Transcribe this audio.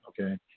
okay